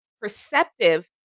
perceptive